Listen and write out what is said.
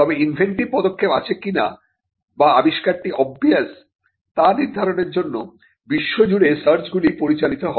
তবে ইনভেন্টিভ পদক্ষেপ আছে কিনা বা আবিষ্কারটি অভবিয়াস তা নির্ধারণের জন্য বিশ্বজুড়ে সার্চগুলি পরিচালিত হয়